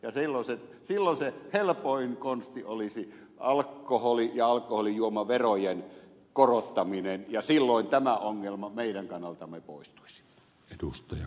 silloin se helpoin konsti olisi alkoholi ja alkoholijuomaverojen korottaminen ja silloin tämä ongelma meidän kannaltamme poistuisi